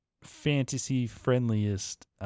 fantasy-friendliest